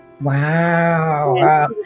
wow